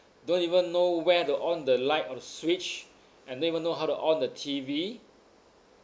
don't even know where to on the light or the switch and don't even know how to on the T_V